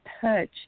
touch